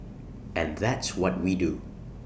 and that's what we do